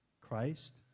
Christ